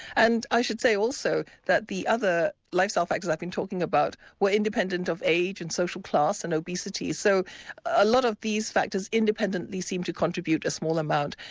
and i should say also that the other lifestyle factors i've been talking about were independent of age and social class and obesity, so a lot of these factors independently seem to contribute a small amount.